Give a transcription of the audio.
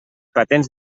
patents